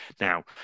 now